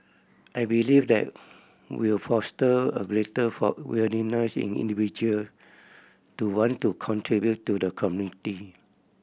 I believe that will foster a greater for willingness in individual to want to contribute to the community